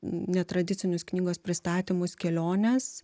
netradicinius knygos pristatymus keliones